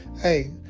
hey